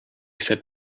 said